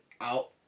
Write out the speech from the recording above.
out